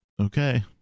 okay